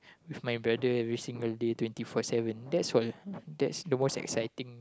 with my brother every single day twenty four seven that's all that's the most exciting